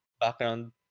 background